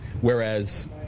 Whereas